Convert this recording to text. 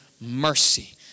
mercy